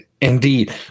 Indeed